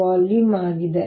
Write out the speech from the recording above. jvolume ಆಗಿದೆ